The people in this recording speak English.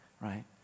right